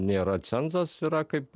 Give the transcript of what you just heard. nėra cenzas yra kaip